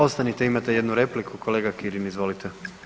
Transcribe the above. Ostanite, imate jednu repliku kolega Kirin izvolite.